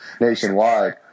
nationwide